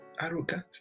arrogant